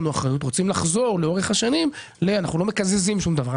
לא מקזזים שום דבר,